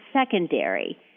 secondary